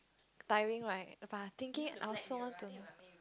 tiring right but I thinking I saw to